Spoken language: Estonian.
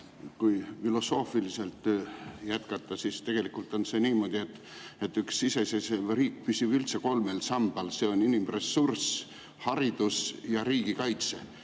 Kui filosoofiliselt jätkata, siis tegelikult on niimoodi, et üks iseseisev riik püsib kolmel sambal: inimressurss, haridus ja riigikaitse.